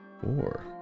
Four